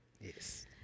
Yes